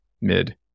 mid